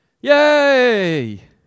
Yay